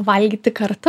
valgyti kartu